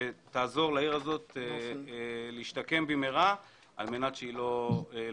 שתעזור לעיר הזאת להשתקם במהרה על מנת שהיא לא תקרוס.